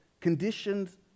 Conditions